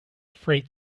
freight